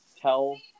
tell